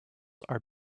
are